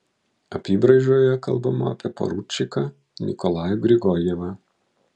apybraižoje kalbama apie poručiką nikolajų grigorjevą